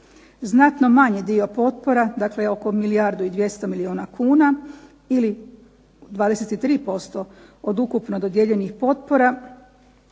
Znatno manji dio potpora, dakle oko milijardu i 200 milijuna kuna ili 23% od ukupno dodijeljenih potpora